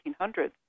1800s